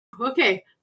Okay